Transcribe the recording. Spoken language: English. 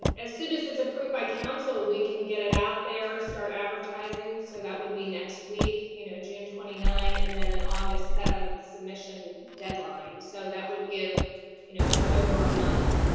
as soon as it's approved by council we can get it out there, start advertising, so that would be next week, you know june twenty ninth, and then and august seventh, submission deadline, so that would give you know just over a month